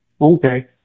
okay